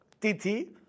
titi